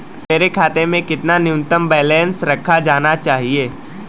मेरे खाते में कितना न्यूनतम बैलेंस रखा जाना चाहिए?